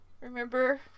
Remember